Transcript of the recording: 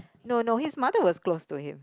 no no his mother was close to him